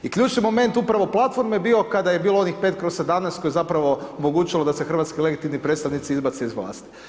I ključni moment upravo platforme je bio kada je bilo onih 5 kroz 17 koji zapravo omogućilo da se hrvatski legitimni predstavnici izbace iz vlasti.